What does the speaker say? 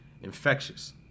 infectious